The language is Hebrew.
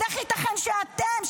אז איך ייתכן שאתם,